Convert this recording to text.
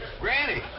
Granny